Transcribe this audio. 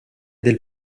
del